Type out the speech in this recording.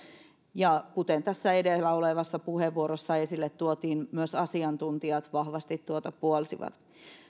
ja kuten tässä edellä olevassa puheenvuorossa esille tuotiin myös asiantuntijat vahvasti tuota puolsivat